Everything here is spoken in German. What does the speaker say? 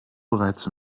bereits